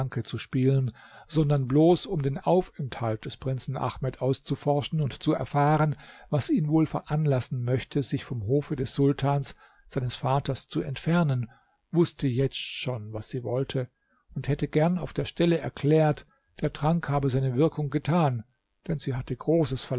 zu spielen sondern bloß um den aufenthalt des prinzen ahmed auszuforschen und zu erfahren was ihn wohl veranlassen möchte sich vom hofe des sultans seines vaters zu entfernen wußte jetzt schon was sie wollte und hätte gern auf der stelle erklärt der trank habe seine wirkung getan denn sie hatte großes